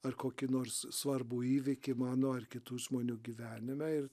ar kokį nors svarbų įvykį mano ar kitų žmonių gyvenime ir